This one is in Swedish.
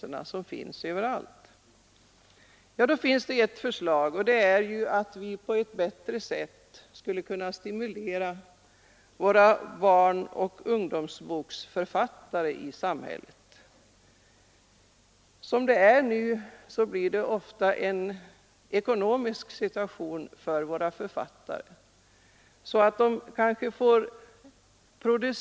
Det har föreslagits att vi i större utsträckning skulle försöka stimulera produktionen av bra barnoch ungdomsböcker i samhället. Som det är nu är detta ofta en ekonomisk fråga för barnoch ungdomsboksförfattarna.